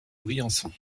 briançon